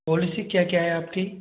policy क्या क्या है आपकी